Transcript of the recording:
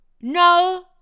no